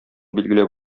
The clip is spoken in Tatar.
билгеләп